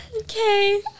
Okay